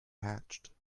hatched